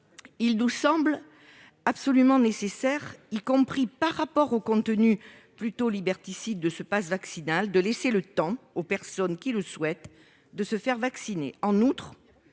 Il nous semble donc absolument nécessaire, y compris par rapport au contenu plutôt liberticide de ce passe vaccinal, de laisser aux personnes qui le souhaitent le temps de se faire vacciner.